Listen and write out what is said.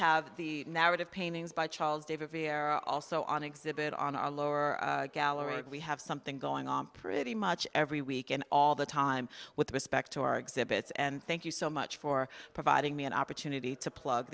have the narrative paintings by charles david hare also on exhibit on our lower gallery we have something going on pretty much every weekend all the time with respect to our exhibits and thank you so much for providing me an opportunity to plug